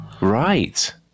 Right